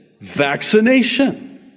vaccination